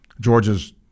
Georgia's